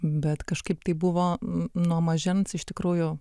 bet kažkaip tai buvo nuo mažens iš tikrųjų